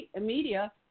media